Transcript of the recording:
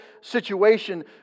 situation